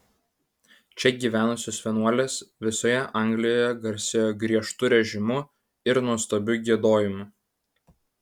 čia gyvenusios vienuolės visoje anglijoje garsėjo griežtu režimu ir nuostabiu giedojimu